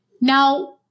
Now